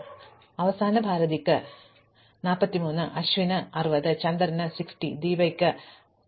അതിനാൽ അവസാന ഉത്തരം ഭാരതിക്ക് 43 അശ്വിന് 60 ചന്ദറിന് 60 ദീപയ്ക്ക് ഉണ്ട് 95